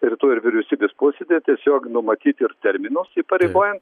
rytoj ir vyriausybės posėdyje tiesiog numatyt ir terminus įpareigoja